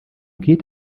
geht